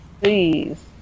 please